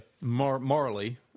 morally